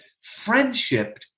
friendship